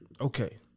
okay